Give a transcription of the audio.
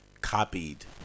copied